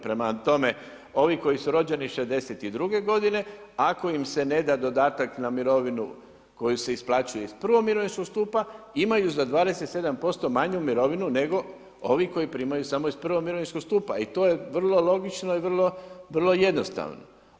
Prema tome, ovi koji su rođeni 62. godine ako im se ne da dodatak na mirovinu koja se isplaćuje iz prvog mirovinskog stupa imaju za 27% manju mirovinu nego ovi koji primaju samo iz prvog mirovinskog stupa i to je vrlo logično i vrlo jednostavno.